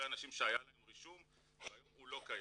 אנשים שהיה להם רישום והיום הוא לא קיים.